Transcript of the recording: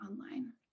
online